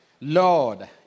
Lord